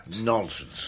Nonsense